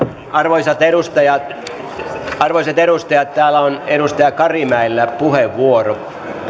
arvoisat edustajat arvoisat edustajat täällä on edustaja karimäellä puheenvuoro pyydän